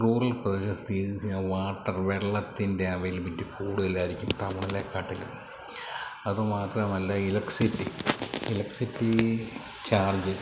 rural പ്രദേശത്ത് ഈ water വെള്ളത്തിൻ്റെ അവൈലബിലിറ്റി കൂടുതലായിരിക്കും ടൗണിലേക്കാട്ടിലും അതുമാത്രമല്ല ഇത് ഇലെക്ട്രിസിറ്റി ഇലെക്ട്രിസിറ്റി ചാർജ്